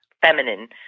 feminine